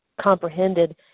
comprehended